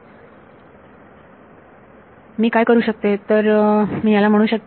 आणि मी काय करू शकते तर मी याला म्हणू शकते